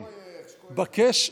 לא ראיתי את המילה "שלום",